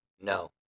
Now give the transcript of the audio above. No